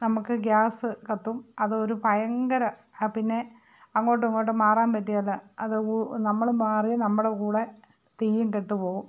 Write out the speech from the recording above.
നമുക്ക് ഗ്യാസ് കത്തും അതൊരു ഭയങ്കര ആ പിന്നെ അങ്ങോട്ടും ഇങ്ങോട്ടും മാറാൻ പറ്റില്ല അത് വു നമ്മൾ മാറിയാൽ നമ്മുടെ കൂടെ തീയും കെട്ട് പോകും